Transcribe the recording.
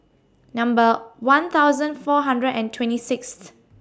Number one thousand four hundred and twenty Sixth